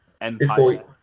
Empire